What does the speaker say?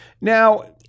Now